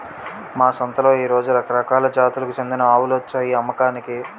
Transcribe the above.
మా సంతలో ఈ రోజు రకరకాల జాతులకు చెందిన ఆవులొచ్చాయి అమ్మకానికి